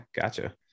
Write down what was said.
Gotcha